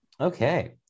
Okay